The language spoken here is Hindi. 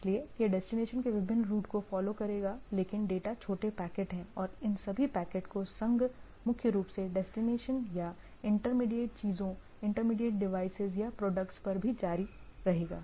इसलिए यह डेस्टिनेशन के विभिन्न रूट को फॉलो करेगा लेकिन डेटा छोटे पैकेट हैं और इन सभी पैकेटों का संघ मुख्य रूप से डेस्टिनेशन या इंटरमीडिएट चीजों इंटरमीडिएट डिवाइसेज या प्रोडक्ट्स पर भी जारी रहेगा